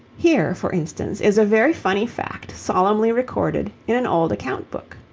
here, for instance, is a very funny fact solemnly recorded in an old account book.